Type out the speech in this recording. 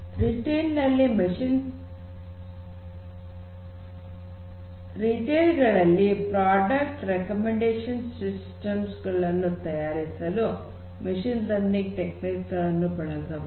retail ಗಳಲ್ಲಿ product recommender system ಗಳನ್ನು ತಯಾರಿಸಲು ಮಷೀನ್ ಲರ್ನಿಂಗ್ ಟೆಕ್ನಿಕ್ಸ್ ಗಳನ್ನು ಬಳಸಬಹುದು